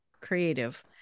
creative